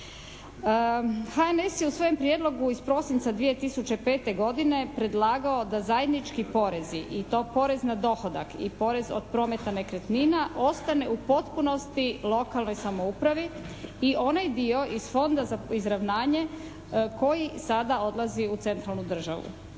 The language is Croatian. HNS je u svojem prijedlogu iz prosinca 2005. godine predlagao da zajednički porezi i to porez na dohodak i porez od prometa nekretnina ostane u potpunosti lokalnoj samoupravi i onaj dio iz Fonda za izravnanje koji sada odlazi u centralnu državu.